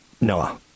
Noah